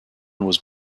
was